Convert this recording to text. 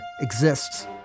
exists